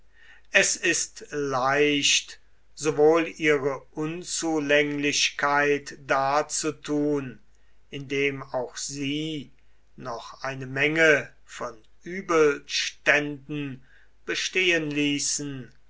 es ist leicht sowohl ihre unzulänglichkeit darzutun indem auch sie noch eine menge von übelständen bestehen ließen